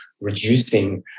reducing